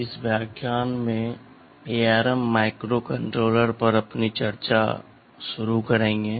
इस व्याख्यान में हम ARM माइक्रोकंट्रोलर पर अपनी चर्चा शुरू करेंगे